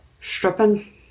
stripping